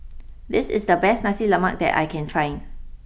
this is the best Nasi Lemak that I can find